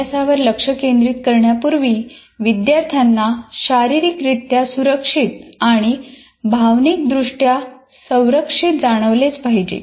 अभ्यासावर लक्ष केंद्रित करण्यापूर्वी विद्यार्थ्यांना शारीरिकरित्या सुरक्षित आणि भावनिकदृष्ट्या संरक्षित जाणवलेच पाहिजे